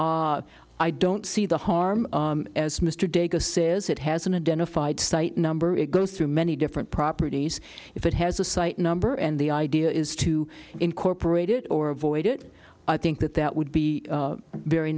i don't see the harm as mr davis says it has been a den a fight site number it goes through many different properties if it has a site number and the idea is to incorporate it or avoid it i think that that would be very